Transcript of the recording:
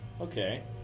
Okay